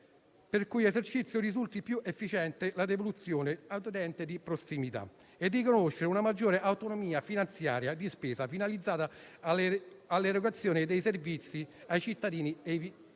il cui esercizio risulti più efficiente la devoluzione a un ente di prossimità e riconoscere una maggiore autonomia finanziaria di spesa finalizzata all'erogazione dei servizi ai cittadini residenti.